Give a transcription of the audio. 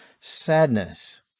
sadness